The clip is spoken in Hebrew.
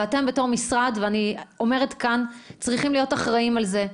אתם בתור משרד צריכים להיות אחראים על זה,